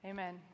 Amen